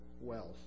wealth